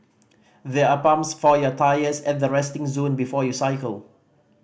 there are pumps for your tyres at the resting zone before you cycle